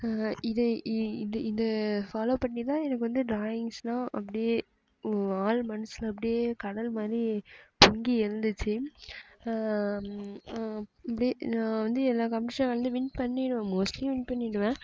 இது இது இது ஃபாலோ பண்ணிதான் எனக்கு வந்து டிராயிங்ஸ்னா அப்படியே ஆழ்மனசில் அப்படியே கடல் மாதிரி பொங்கி எழுந்துச்சு இப்படியே நான் வந்து எல்லாம் காம்பட்டிஷன்லேயும் வின் பண்ணிடுவேன் மோஸ்ட்லி வின் பண்ணிடுவேன்